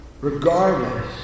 Regardless